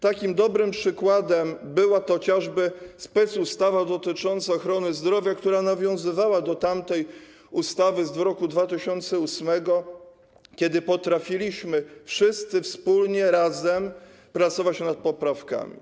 Takim dobrym przykładem była chociażby specustawa dotycząca ochrony zdrowia, która nawiązywała do ustawy z roku 2008, kiedy potrafiliśmy wszyscy wspólnie pracować nad poprawkami.